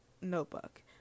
notebook